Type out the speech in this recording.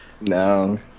No